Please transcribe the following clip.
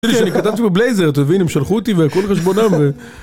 תגיד לי שאני כתבתי בבלייזר, תבין, הם שלחו אותי והכל על חשבונם ו...